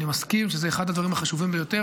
אני מסכים שזה אחד הדברים החשובים ביותר,